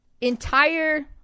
entire